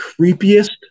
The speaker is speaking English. creepiest